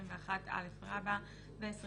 21א ו-24,